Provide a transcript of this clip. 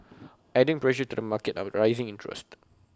adding pressure to the market are rising interest